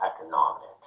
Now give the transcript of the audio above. economic